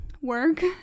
work